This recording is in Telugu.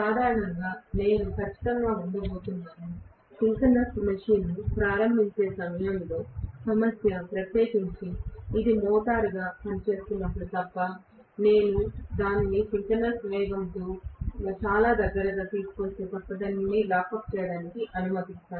సాధారణంగా నేను ఖచ్చితంగా ఉండబోతున్నాను సింక్రోనస్ మెషీన్ ప్రారంబపడే సమయం లో సమస్య ప్రత్యేకించి ఇది మోటారుగా పనిచేస్తున్నప్పుడు తప్ప నేను దానిని సింక్రోనస్ వేగంతో చాలా దగ్గరగా తీసుకువస్తే తప్ప దాన్ని లాక్ అప్ చేయడానికి అనుమతిస్తాను